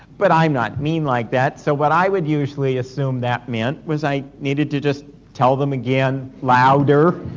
but i'm not mean like that. so what i would usually assume that meant was i needed to just tell them again louder!